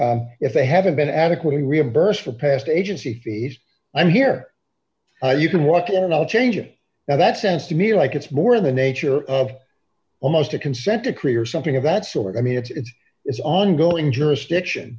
and if they haven't been adequately reimbursed for past agency fees i'm here you can walk in i'll change it now that sense to me like it's more in the nature of almost a consent decree or something of that sort i mean it's it's ongoing jurisdiction